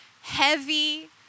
heavy